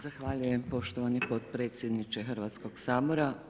Zahvaljujem poštovani potpredsjedniče Hrvatskog sabora.